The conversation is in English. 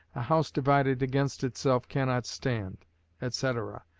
a house divided against itself cannot stand etc.